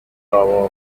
power